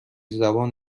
زبان